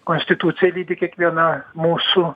konstitucija lydi kiekvieną mūsų